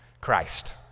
Christ